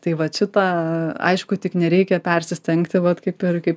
tai vat šitą aišku tik nereikia persistengti vat kaip ir kaip